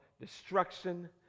destruction